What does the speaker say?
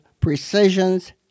Precisions